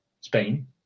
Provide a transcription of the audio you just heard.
Spain